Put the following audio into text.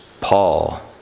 Paul